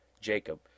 jacob